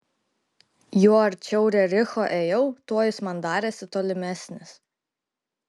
juo arčiau rericho ėjau tuo jis man darėsi tolimesnis